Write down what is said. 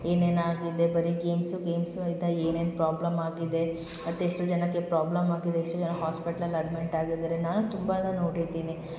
ಏನೇನು ಆಗಿದೆ ಬರಿ ಗೇಮ್ಸು ಗೇಮ್ಸು ಐತ ಏನೇನು ಪ್ರೋಬ್ಲಮ್ ಆಗಿದೆ ಅದೆಷ್ಟು ಜನಕ್ಕೆ ಪ್ರೋಬ್ಲಮ್ ಆಗಿದೆ ಎಷ್ಟು ಜನ ಹಾಸ್ಪಿಟ್ಲಲ್ಲಿ ಅಡ್ಮೆಂಟ್ ಆಗಿದ್ದಾರೆ ನಾನು ತುಂಬ ನೋಡಿದ್ದೀನಿ